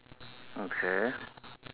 okay